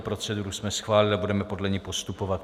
Proceduru jsme schválili a budeme podle ní postupovat.